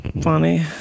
funny